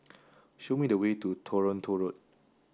show me the way to Toronto Road